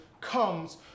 comes